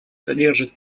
содержит